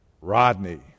Rodney